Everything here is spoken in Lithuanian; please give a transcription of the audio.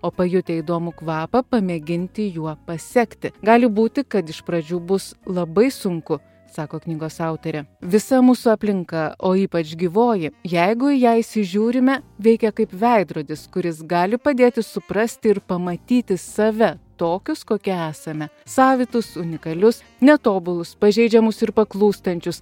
o pajutę įdomų kvapą pamėginti juo pasekti gali būti kad iš pradžių bus labai sunku sako knygos autorė visa mūsų aplinka o ypač gyvoji jeigu į ją įsižiūrime veikia kaip veidrodis kuris gali padėti suprasti ir pamatyti save tokius kokie esame savitus unikalius netobulus pažeidžiamus ir paklūstančius